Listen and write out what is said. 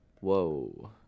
Whoa